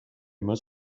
immer